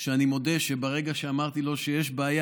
שאני מודה שברגע שאמרתי לו שיש בעיה,